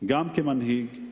גם כמנהיג,